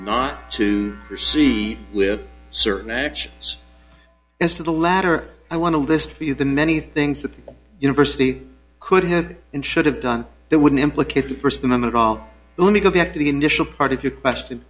not to proceed with certain actions as to the latter i want to list for you the many things that the university could have and should have done that wouldn't implicate the first amendment all let me go back to the initial part of your question